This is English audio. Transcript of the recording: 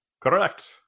Correct